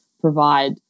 provide